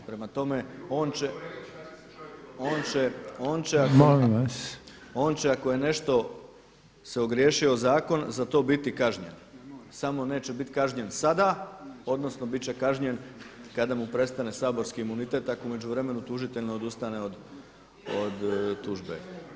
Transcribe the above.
Prema tome on će, … …/Upadica se ne čuje. on će ako je nešto se ogriješio o zakon za to biti kažnjen, samo neće biti kažnjen sada odnosno bit će kažnjen kada mu prestane saborski imunitet ako u međuvremenu tužitelj ne odustane od tužbe.